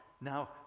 Now